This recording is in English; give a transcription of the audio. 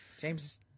James